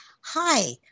Hi